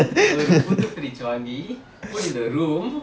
ஒரு புது:oru puthu fridge வாங்கி:vaanki put in the room